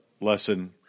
lesson